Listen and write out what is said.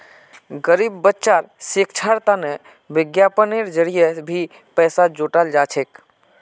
गरीब बच्चार शिक्षार तने विज्ञापनेर जरिये भी पैसा जुटाल जा छेक